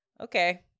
Okay